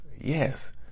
Yes